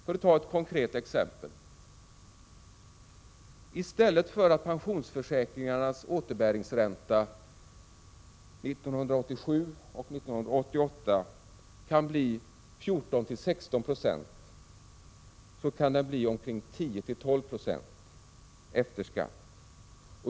För att ta ett konkret exempel: I stället för att pensionsförsäkringarnas återbäringsränta 1987 och 1988 kan bli 14—16 90 kan den bli omkring 10-12 96 efter skatt.